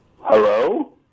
Hello